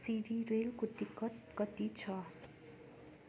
सिँडी रेलको टिकट कति छ